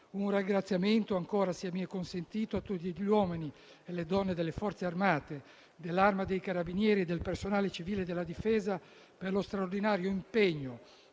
Un ringraziamento ancora, se mi è consentito, va a tutti gli uomini e le donne delle Forze armate, dell'Arma dei carabinieri e del personale civile della Difesa, per lo straordinario impegno